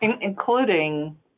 Including